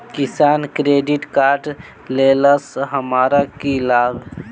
किसान credit card लेला सऽ हमरा की लाभ?